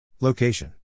Location